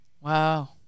Wow